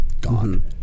gone